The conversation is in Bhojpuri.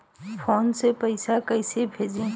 फोन से पैसा कैसे भेजी?